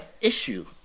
issue